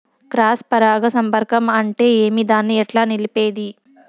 Cross పరాగ సంపర్కం అంటే ఏమి? దాన్ని ఎట్లా నిలిపేది?